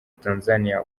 tanzania